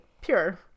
pure